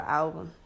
album